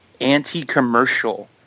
anti-commercial